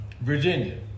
Virginia